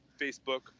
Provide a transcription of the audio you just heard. Facebook